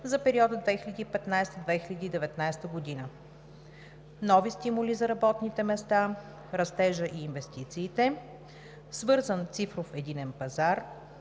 за периода 2015 – 2019 г.: - нови стимули за работните места, растежа и инвестициите; - вързан цифров единен пазар;